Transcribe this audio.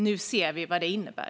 Nu ser vi vad den innebär.